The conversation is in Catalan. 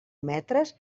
metres